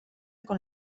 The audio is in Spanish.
con